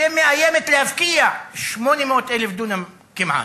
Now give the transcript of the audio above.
שמאיימת להפקיע 800,000 דונם כמעט,